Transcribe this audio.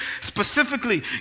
specifically